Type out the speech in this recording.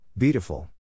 Beautiful